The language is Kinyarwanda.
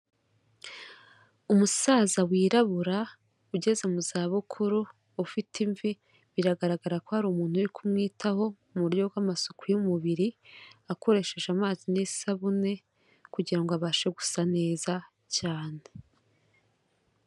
Umusaza wirabura ugeze mu za bukuru ufite imvi biragaragara ko hari umuntu uri kumwitaho mu buryo bw'amasuku y'umubiri akoresheje amazi n'isabune kugira ngo abashe gusa neza cyane.